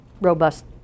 robust